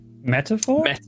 Metaphor